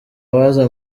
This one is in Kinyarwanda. waza